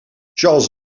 charles